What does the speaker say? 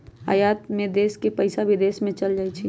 आयात में देश के पइसा विदेश में चल जाइ छइ